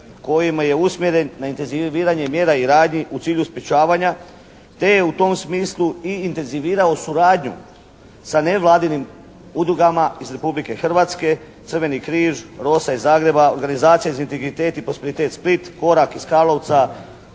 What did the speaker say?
kojima je usmjeren na intenziviranje mjera i radnji u cilju sprječavanja te je u tom smislu i intenzivirao suradnju sa nevladinim udrugama iz Republike Hrvatske, Crveni križ, Rosa iz Zagreba, Organizacija za integritet i Posperitet Split, Korak iz Karlovca,